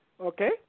Okay